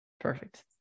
Perfect